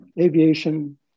aviation